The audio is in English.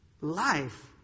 life